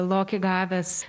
lokį gavęs